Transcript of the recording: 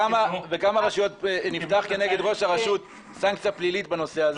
בכמה רשויות נפתחה כנגד ראש הרשות סנקציה פלילית בנושא הזה?